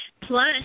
Plus